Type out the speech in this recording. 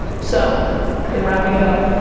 so in wrapping it up,